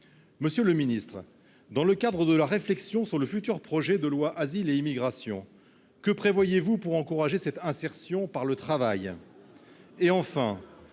monsieur le Ministre, dans le cadre de la réflexion sur le futur projet de loi Asile et immigration que prévoyez-vous pour encourager cette insertion par le travail